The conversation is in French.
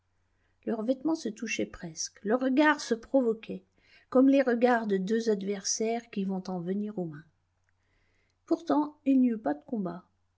leurs vêtements se touchaient presque leurs regards se provoquaient comme les regards de deux adversaires qui vont en venir aux mains pourtant il n'y eut pas de combat